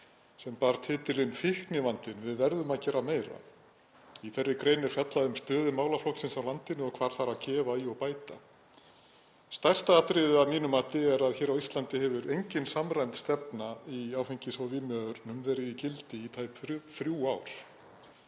sem bar titilinn: Fíknivandinn – við verðum að gera meira. Í þeirri grein er fjallað um stöðu málaflokksins í landinu og hvar þarf að gefa í og bæta. Stærsta atriðið að mínu mati er að hér á Íslandi hefur engin samræmd stefna í áfengis- og vímuvörnum verið í gildi í tæp þrjú ár.